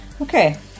Okay